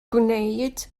gwneud